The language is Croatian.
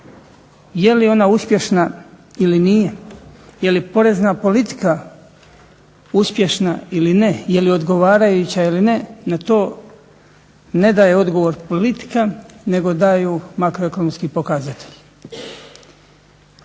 Je li ona uspješna ili nije, je li porezna politika uspješna ili ne, je li odgovarajuća ili ne na to ne daje odgovor politika nego daju makroekonomski pokazatelji.